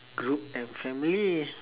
group and family